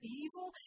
evil